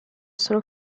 sono